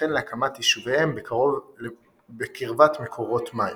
וכן להקמת יישוביהם בקרבת מקורות מים.